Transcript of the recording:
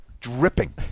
Dripping